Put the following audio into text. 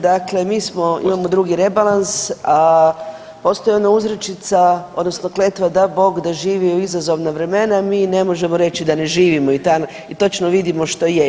Dakle, imamo drugi rebalans, a postoji ona uzrečica odnosno kletva, da bogda živio u izazovna vremena, mi ne možemo reći da ne živimo i točno vidimo što je.